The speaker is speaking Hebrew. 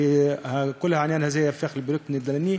וכל העניין הזה ייהפך לפרויקט נדל"ני,